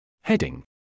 Heading